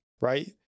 right